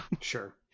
Sure